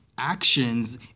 actions